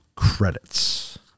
Credits